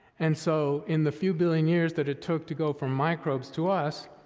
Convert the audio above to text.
and so, in the few billion years that it took to go from microbes to us,